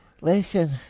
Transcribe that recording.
Listen